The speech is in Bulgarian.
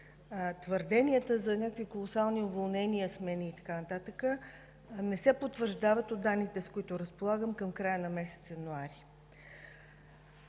твърденията за някакви колосални уволнения, схеми и така нататък не се потвърждават от данните, с които разполагам към края на месец януари.